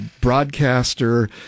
broadcaster